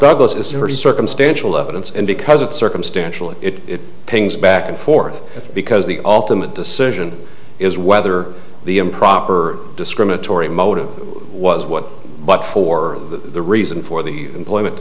douglas as her circumstantial evidence and because it's circumstantial it pings back and forth because the ultimate decision is whether the improper discriminatory motive was what but for the reason for the employment